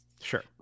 Sure